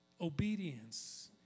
Obedience